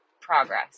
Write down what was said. progress